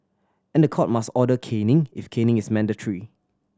and the court must order caning if caning is mandatory